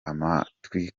amatwi